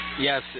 Yes